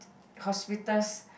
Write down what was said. hospital's